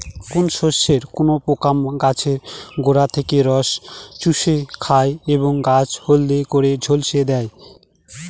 কোন শস্যে কোন পোকা গাছের গোড়া থেকে রস চুষে খায় এবং গাছ হলদে করে ঝলসে দেয়?